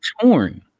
torn